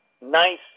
nice